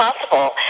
possible